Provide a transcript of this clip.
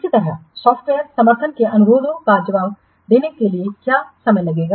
इसी तरह सॉफ़्टवेयर समर्थन के अनुरोधों का जवाब देने के लिए क्या समय लगेगा